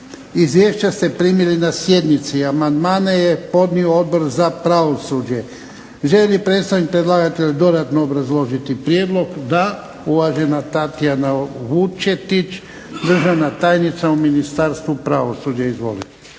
Izvješća ste primili na sjednici. Amandmane je podnio Odbor za pravosuđe. Želi li predstavnik predlagatelja dodatno obrazložiti prijedlog? Da. Uvažena Tatijana Vučetić, državna tajnica u Ministarstvu pravosuđa. Izvolite.